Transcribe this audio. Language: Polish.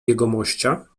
jegomościa